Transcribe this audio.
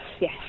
yes